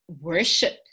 worship